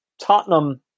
Tottenham